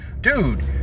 dude